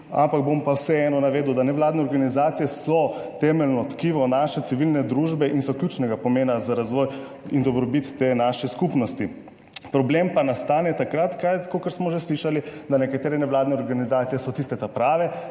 ampak bom pa vseeno navedel, da nevladne organizacije so temeljno tkivo naše civilne družbe in so ključnega pomena za razvoj in dobrobit te naše skupnosti. Problem pa nastane takrat, **58. TRAK (VI) 19.30** (nadaljevanje) kakor smo že slišali, da nekatere nevladne organizacije so tiste ta prave,